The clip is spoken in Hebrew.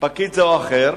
פקיד זה או אחר.